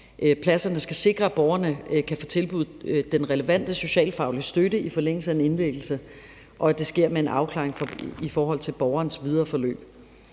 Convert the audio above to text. Pladserne skal sikre, at borgerne kan få tilbudt den relevante socialfaglige støtte i forlængelse af en indlæggelse, og at det sker med en afklaring i forhold til borgerens videre forløb.